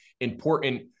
important